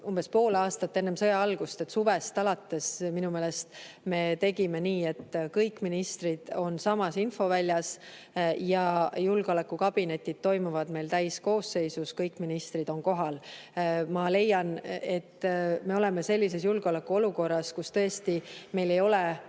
umbes pool aastat enne sõja algust ehk suvest alates me tegime nii, et kõik ministrid on samas infoväljas ja julgeolekukabineti koosolekud toimuvad meil täiskoosseisus, kõik ministrid on kohal. Ma leian, et me oleme sellises julgeolekuolukorras, kus tõesti meil ei ole